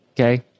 okay